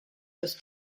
los